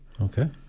Okay